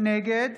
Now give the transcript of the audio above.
נגד